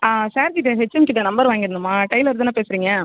ஆ sir கிட்டே HM கிட்டே number வாங்கியிருந்தோம் மா டைலர் தானே பேசுகிறீங்க